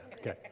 okay